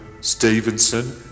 Stevenson